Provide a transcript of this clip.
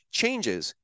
changes